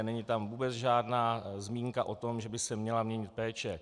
Není tam vůbec žádná zmínka o tom, že by se měla měnit péče.